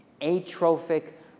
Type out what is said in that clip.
atrophic